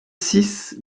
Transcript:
six